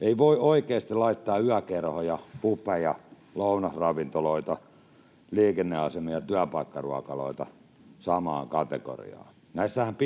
Ei voi oikeasti laittaa yökerhoja, pubeja, lounasravintoloita, liikenneasemien työpaikkaruokaloita samaan kategoriaan. Näissähän